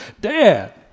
Dad